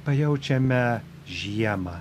pajaučiame žiemą